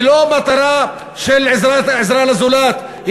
היא לא מטרה של עזרה לזולת,